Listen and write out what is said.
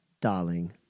Darling